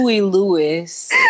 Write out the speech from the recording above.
Louis